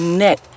net